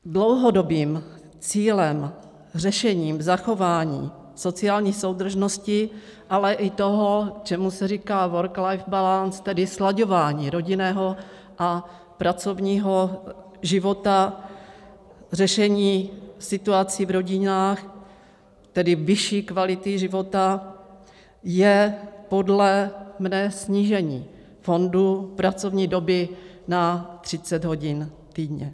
Dlouhodobým cílem, řešením zachování sociální soudržnosti, ale i toho, čemu se říká worklife balance, tedy slaďování rodinného a pracovního života, řešení situací v rodinách, tedy vyšší kvality života, je podle mě snížení fondu pracovní doby na 30 hodin týdně.